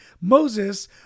Moses